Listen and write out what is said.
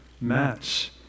match